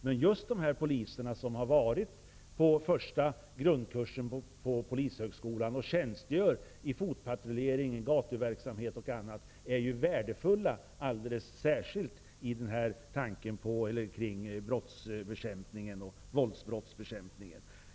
Men just de poliser som har genomgått den första grundkursen på polishögskolan och som tjänstgör i fotpatrullering, i gatuverksamhet och annat är ju alldeles särskilt värdefulla vad gäller våldsbrottsbekämpningen.